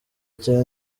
cya